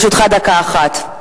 לרשותך דקה אחת.